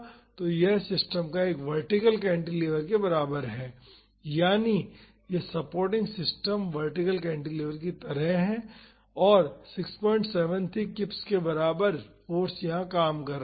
तो यह सिस्टम एक वर्टिकल कैंटिलीवर के बराबर है यानी यह सपोर्टिंग सिस्टम वर्टिकल कैंटिलीवर की तरह है और 673 किप्स के बराबर फाॅर्स यहां काम कर रहा है